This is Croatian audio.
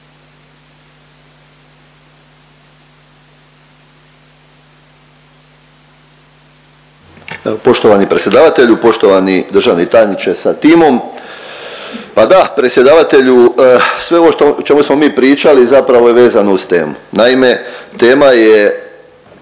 Poštovani predsjedavatelju, poštovani državni tajniče sa timom, pa da predsjedavatelju sve ovo o čemu smo mi pričali zapravo je vezano uz temu. Naime, tema je